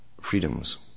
freedoms